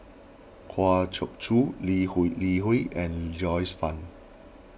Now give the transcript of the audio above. Kwa choke Choo Lee Hui Li Hui and Joyce Fan